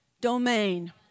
domain